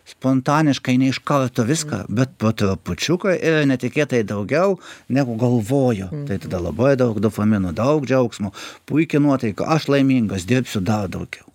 spontaniškai ne iš karto viską bet po trupučiuką ir netikėtai daugiau negu galvojo tada labai daug dopamino daug džiaugsmo puiki nuotaika aš laimingas dirbsiu dar daugiau